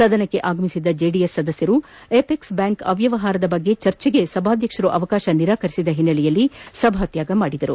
ಸದನಕ್ಕೆ ಆಗಮಿಸಿದ್ದ ಜೆಡಿಎಸ್ ಸದಸ್ದರು ಅಪೆಕ್ಸ್ ಬ್ಯಾಂಕ್ ಅವ್ವವಹಾರ ಕುರಿತ ಚರ್ಚೆಗೆ ಸಭಾಧ್ಯಕ್ಷರು ಅವಕಾಶ ನಿರಾಕರಿಸಿದ ಹಿನ್ನೆಲೆಯಲ್ಲಿ ಸಭಾತ್ಯಾಗ ಮಾಡಿದರು